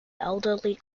elderly